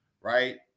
right